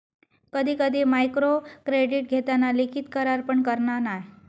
कधी कधी मायक्रोक्रेडीट घेताना लिखित करार पण करना नाय